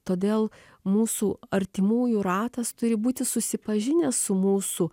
todėl mūsų artimųjų ratas turi būti susipažinęs su mūsų